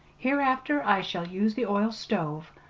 hereafter i shall use the oil stove.